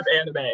anime